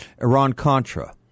Iran-Contra